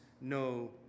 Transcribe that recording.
no